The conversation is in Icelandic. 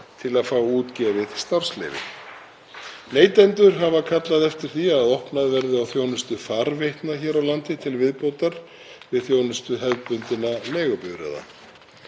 til að fá útgefið starfsleyfi. Neytendur hafa kallað eftir því að opnað verði á þjónustu farveitna hér á landi til viðbótar við þjónustu hefðbundinna leigubifreiða.